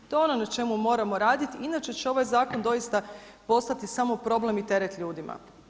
To je ono na čemu moramo raditi inače će ovaj zakon doista postati samo problem i teret ljudima.